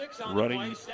Running